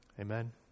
Amen